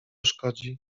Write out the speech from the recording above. szkodzi